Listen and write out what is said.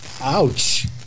Ouch